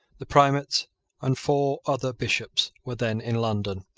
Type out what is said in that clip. the primate and four other bishops were then in london.